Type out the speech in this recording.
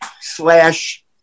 slash